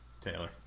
Taylor